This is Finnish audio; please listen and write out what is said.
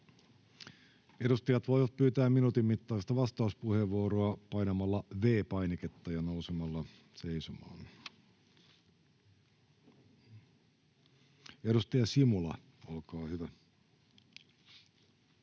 Edustajat voivat pyytää minuutin mittaista vastauspuheenvuoroa painamalla V-painiketta ja nousemalla seisomaan. — Edustaja Simula, olkaa hyvä.